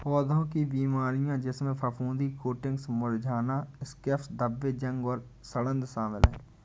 पौधों की बीमारियों जिसमें फफूंदी कोटिंग्स मुरझाना स्कैब्स धब्बे जंग और सड़ांध शामिल हैं